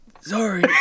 Sorry